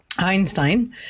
Einstein